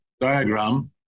diagram